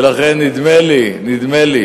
נדמה לי